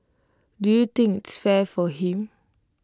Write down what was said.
do you think its fair for him